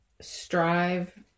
strive